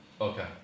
okay